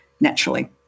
naturally